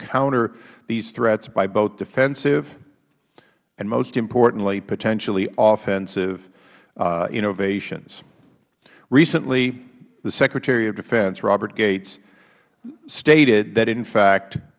counter these threats by both defensive and most importantly potentially offensive innovations recently the secretary of defense robert gates stated that